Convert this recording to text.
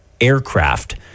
aircraft